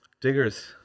diggers